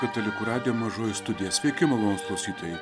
katalikų radijo mažoji studija sveiki malonūs klausytojai